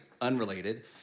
unrelated